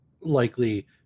likely